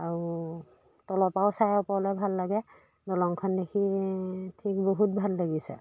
আৰু তলৰ পৰাও চাই ওপৰলৈ ভাল লাগে দলংখন দেখি ঠিক বহুত ভাল লাগিছে